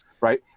Right